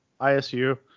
ISU